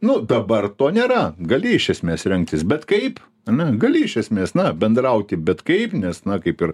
nu dabar to nėra gali iš esmės rengtis bet kaip ane gali iš esmės na bendrauti bet kaip nes na kaip ir